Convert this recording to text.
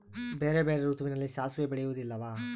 ಬೇರೆ ಬೇರೆ ಋತುವಿನಲ್ಲಿ ಸಾಸಿವೆ ಬೆಳೆಯುವುದಿಲ್ಲವಾ?